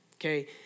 Okay